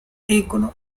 icono